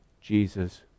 Jesus